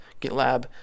GitLab